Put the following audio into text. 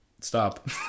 stop